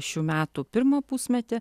šių metų pirmą pusmetį